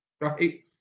Right